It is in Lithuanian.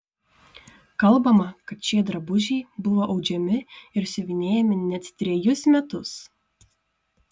kalbama kad šie drabužiai buvo audžiami ir siuvinėjami net trejus metus